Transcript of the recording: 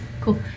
cool